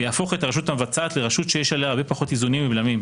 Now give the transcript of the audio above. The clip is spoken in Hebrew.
ויהפוך את הרשות המבצעת לרשות שיש עליה הרבה פחות איזונים ובלמים,